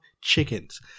chickens